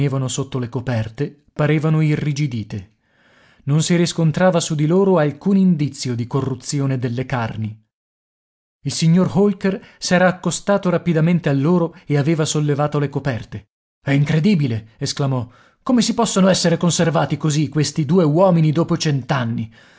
sotto le coperte parevano irrigidite non si riscontrava su di loro alcun indizio di corruzione delle carni il signor holker s'era accostato rapidamente a loro e aveva sollevato le coperte è incredibile esclamò come si possono essere conservati così questi due uomini dopo